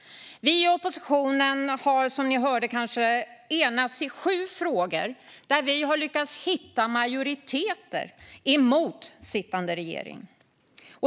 Vi i oppositionen har som ni kanske hörde i sju frågor enats och lyckats hitta majoriteter emot sittande regering.